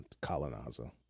Colonizer